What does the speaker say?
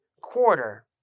quarter